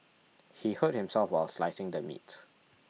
he hurt himself while slicing the meat